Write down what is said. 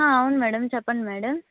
అవును మేడం చెప్పండి మేడం